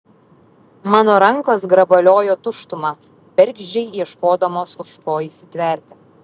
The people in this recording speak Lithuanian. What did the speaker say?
mano rankos grabaliojo tuštumą bergždžiai ieškodamos už ko įsitverti